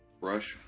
brush